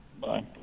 Bye